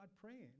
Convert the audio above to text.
praying